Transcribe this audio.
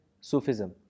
Sufism